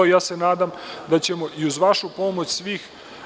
Ja se nadam da ćemo i uz pomoć svih…